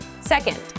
Second